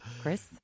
Chris